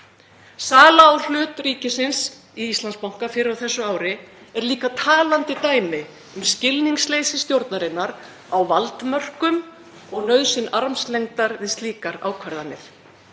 Sala á hlut ríkisins í Íslandsbanka fyrr á þessu ári er líka talandi dæmi um skilningsleysi stjórnarinnar á valdmörkum og nauðsyn armslengdar við slíkar ákvarðanir.